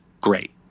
great